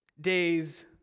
days